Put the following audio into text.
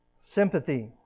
Sympathy